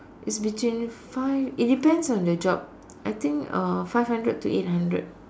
it's between five it depends on the job I think uh five hundred to eight hundred